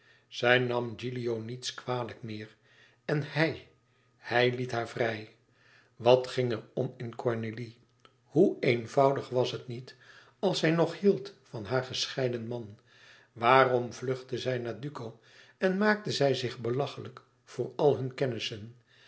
zij nam gilio niets kwalijk meer en hij hij liet haar vrij wat ging er om in cornélie hoe eenvoudig was het niet als zij nog hield van haar gescheiden man waarom vluchtte zij naar duco en maakte zij zich belachelijk voor al hunne kennissen